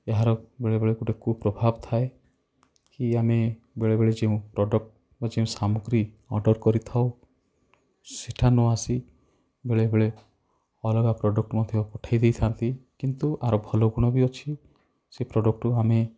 ଏହାର ବେଳେ ବେଳେ ଗୋଟେ କୁପ୍ରଭାବ ଥାଏ କି ଆମେ ବେଳେବେଳେ ଯେଉଁ ପ୍ରଡ଼କ୍ଟ୍ ବା ଯେଉଁ ସାମଗ୍ରୀ ଅର୍ଡ଼ର୍ କରିଥାଉ ସେଇଟା ନ ଆସି ବେଳେ ବେଳେ ଅଲଗା ପ୍ରଡ଼କ୍ଟ୍ ମଧ୍ୟ ପଠାଇ ଦେଇଥାନ୍ତି କିନ୍ତୁ ଆର ଭଲ ଗୁଣ ବି ଅଛି ସେଇ ପ୍ରଡ଼କ୍ଟ୍ରୁ ଆମେ